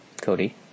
Cody